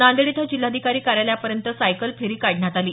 नांदेड इथं जिल्हाधिकारी कार्यालयापर्यंत सायकल फेरी काढण्यात आली